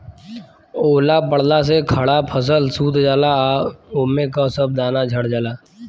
ओला पड़ला से खड़ा फसल सूत जाला आ ओमे के सब दाना झड़ जाला